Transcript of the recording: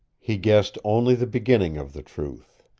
he guessed only the beginning of the truth.